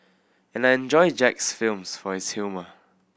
and I enjoy Jack's films for his humour